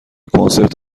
کنسرت